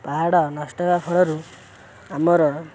ପାହାଡ଼ ନଷ୍ଟ ହେବା ଫଳରୁ ଆମର